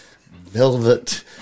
velvet